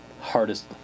hardest